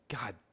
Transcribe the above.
God